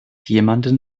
jemanden